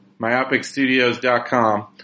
Myopicstudios.com